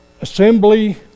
assembly